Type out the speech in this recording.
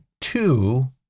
two